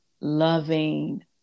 loving